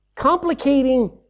complicating